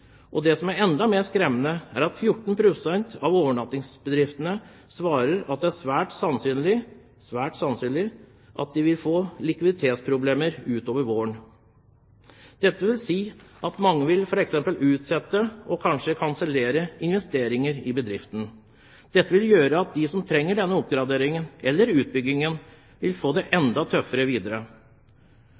Og det som er enda mer skremmende, er at 14 pst. av overnattingsbedriftene svarer at det er svært sannsynlig at de vil få likviditetsproblemer utover våren. Dette betyr at mange f.eks. vil utsette og kanskje kansellere investeringer i bedriften, noe som vil føre til at de som trenger denne oppgraderingen eller denne utbyggingen, vil få det enda tøffere videre.